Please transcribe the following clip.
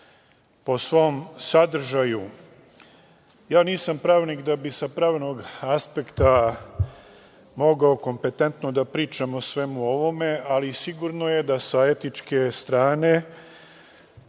po svom sadržaju. Nisam pravnik da bi sa pravilnog aspekta mogao kompetentno da pričam o svemu ovome, ali sigurno je da sa etičke strane